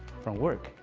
from work.